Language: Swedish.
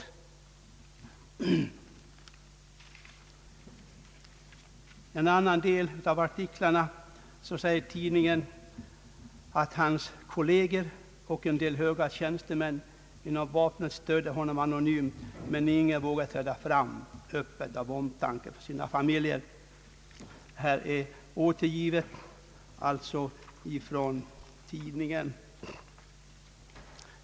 I en annan artikel säger samma tidning att tjänstemannens kolleger och en del höga tjänstemän i vapnet stöder honom anonymt, men ingen vågar träda fram öppet av omtanke om sina familjer. Detta är alltså återgivet från tidningen.